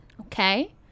Okay